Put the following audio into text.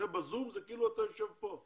בזום זה כאילו אתה יושב פה,